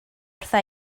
wrtha